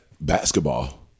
basketball